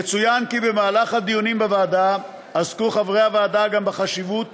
יצוין כי במהלך הדיונים בוועדה עסקו חברי הוועדה גם בחשיבות